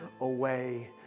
away